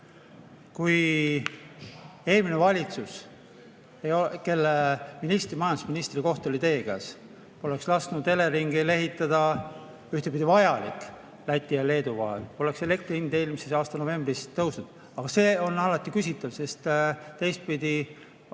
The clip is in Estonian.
Kui eelmine valitsus, kelle majandusministri koht oli teie [erakonna] käes, poleks lasknud Eleringil ehitada, ühtepidi vajalik, Läti ja Leedu vahel, poleks elektri hind eelmise aasta novembrist tõusnud. Aga see on alati küsitav, sest teistpidi,